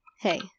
Hey